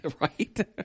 Right